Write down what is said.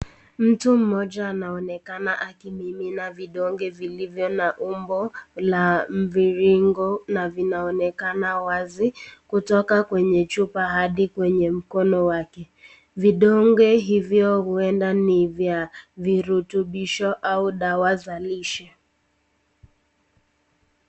Mtu mmoja anaonekana akimimina vidonge vilivyo na umbo la mviringo na vinaoneka wazi kutoka kwenye chupa hadi kwenye mkono wake. Vidonge hivyo huenda ni vya virutubisho au dawa za lishe.